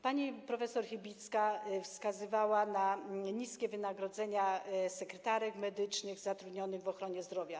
Pani prof. Chybicka wskazywała na niskie wynagrodzenia sekretarek medycznych zatrudnionych w ochronie zdrowia.